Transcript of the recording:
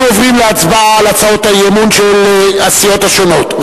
אנחנו עוברים להצבעה על הצעות האי-אמון של הסיעות השונות.